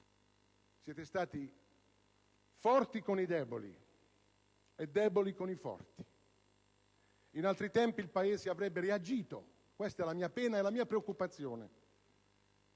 Siete stati forti con i deboli e deboli con i forti. In altri tempi il Paese avrebbe reagito, questa è la mia pena e la mia preoccupazione.